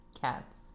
Cats